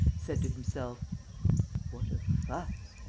said to himself what a fuss!